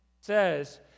says